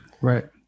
right